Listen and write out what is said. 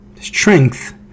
Strength